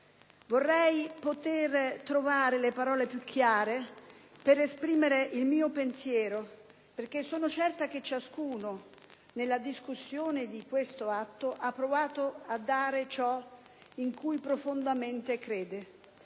vorrei poter trovare le parole più chiare per esprimere il mio pensiero, perché sono certa che ciascuno, nella discussione dì questo atto, ha provato a dare ciò in cui profondamente crede.